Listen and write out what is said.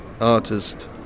artist